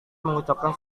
mengucapkan